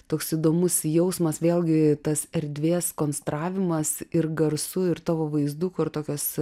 toks įdomus jausmas vėlgi tas erdvės konstravimas ir garsų ir tavo vaizdų kur tokios